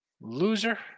Loser